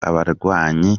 abarwanyi